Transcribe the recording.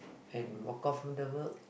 and walk off from the world